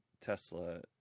Tesla